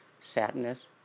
sadness